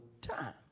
time